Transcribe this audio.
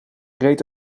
reed